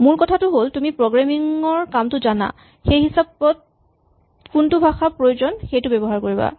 মূল কথাটো হ'ল তুমি তোমাৰ প্ৰগ্ৰেমিং ৰ কামটো জানা সেই হিচাপত কোনটো ভাষাৰ প্ৰয়োজন সেইটো ব্যৱহাৰ কৰিবা